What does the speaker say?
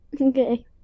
okay